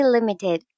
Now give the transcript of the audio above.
Limited